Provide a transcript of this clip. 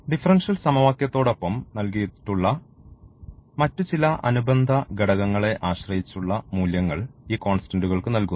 differential സമവാക്യത്തോടൊപ്പം നൽകിയിട്ടുള്ള മറ്റ് ചില അനുബന്ധ ഘടകങ്ങളെ ആശ്രയിച്ചുള്ള മൂല്യങ്ങൾ ഈ കോൺസ്റ്റന്റുകൾക്ക് നൽകുന്നു